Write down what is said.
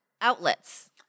outlets